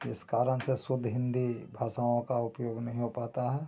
इस कारण से शुद्ध हिन्दी भाषाओं का उपयोग नहीं हो पाता है